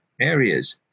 areas